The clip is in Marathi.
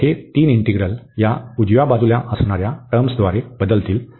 तर हे तीन इंटीग्रल या उजव्या बाजूला असणाऱ्या टर्म्सद्वारे बदलतील